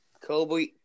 Kobe